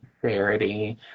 severity